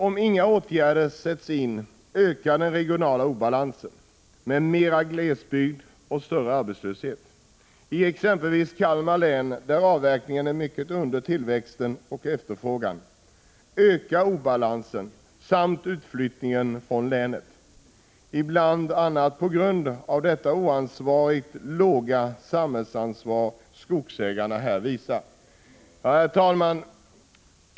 Om inga åtgärder sätts in ökar den regionala obalansen med mera glesbygd och större arbetslöshet. I exempelvis Kalmar län, där avverkningen är mycket under tillväxt och efterfrågan, ökar obalansen samt utflyttningen från länet bl.a. på grund av detta oansvarigt låga samhällsansvar som skogsägarna visar. Herr talman!